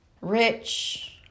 Rich